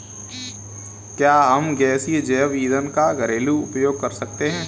क्या हम गैसीय जैव ईंधन का घरेलू उपयोग कर सकते हैं?